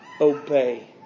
obey